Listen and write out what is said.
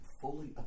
fully